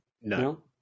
No